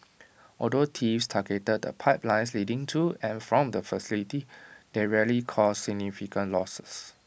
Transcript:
although thieves targeted the pipelines leading to and from the facility they rarely caused significant losses